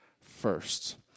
first